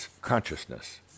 consciousness